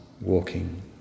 walking